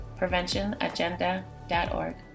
PreventionAgenda.org